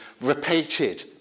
repeated